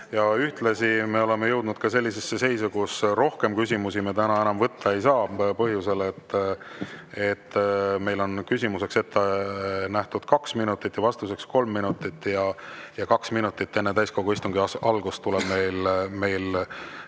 Ühtlasi oleme me jõudnud sellisesse seisu, et rohkem küsimusi me täna võtta ei saa, seda põhjusel, et meil on küsimuseks ette nähtud kaks minutit ja vastuseks kolm minutit ning kaks minutit enne täiskogu istungi algust tuleb lasta